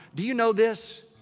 do you know this?